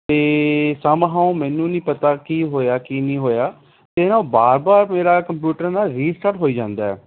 ਅਤੇ ਸਮਹਾਓ ਮੈਨੂੰ ਨਹੀਂ ਪਤਾ ਕੀ ਹੋਇਆ ਕੀ ਨਹੀਂ ਹੋਇਆ ਕੀ ਨਹੀਂ ਹੋਇਆ ਇਹ ਵਾਰ ਵਾਰ ਮੇਰਾ ਕੰਪਿਊਟਰ ਨਾ ਰੀਸਟਾਟ ਹੋਈ ਜਾਂਦਾ ਹੈ